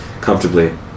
comfortably